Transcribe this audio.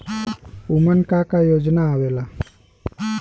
उमन का का योजना आवेला?